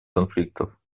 конфликтов